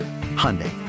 Hyundai